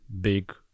big